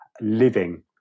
living